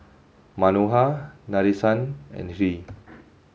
Manohar Nadesan and Hri